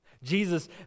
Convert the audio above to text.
Jesus